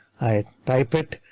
i type it,